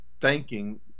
thanking